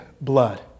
blood